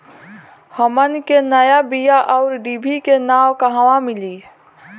हमन के नया बीया आउरडिभी के नाव कहवा मीली?